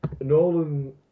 Nolan